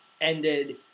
ended